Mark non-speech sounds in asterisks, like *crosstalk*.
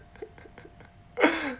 *laughs*